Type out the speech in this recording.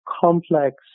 complex